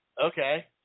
okay